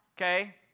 Okay